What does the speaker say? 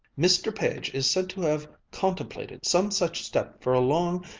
mr. page is said to have contemplated some such step for a long.